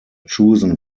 chosen